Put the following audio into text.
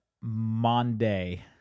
Monday